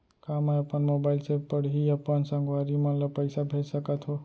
का मैं अपन मोबाइल से पड़ही अपन संगवारी मन ल पइसा भेज सकत हो?